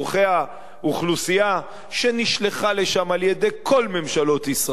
האוכלוסייה שנשלחה לשם על-ידי כל ממשלות ישראל,